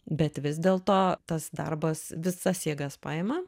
bet vis dėlto tas darbas visas jėgas paima